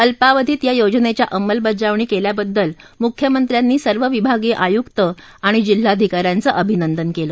अल्पावधीत या योजनेच्या अंमलबजावणी केल्याबद्दल मुख्यमंत्र्यांनी सर्व विभागीय आयुक्त आणि जिल्हाधिका यांचं अभिनंदन केलं